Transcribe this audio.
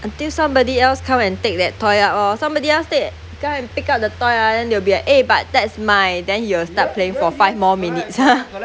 until somebody else come and take that toy out lor somebody else take somebody pick up the toy ah then they will be like eh but that's mine then he will start playing for five more minutes